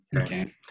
Okay